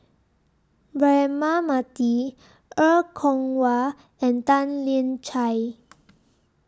Braema Mathi Er Kwong Wah and Tan Lian Chye